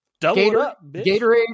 Gatorade